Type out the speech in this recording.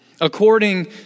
according